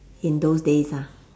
in those days ah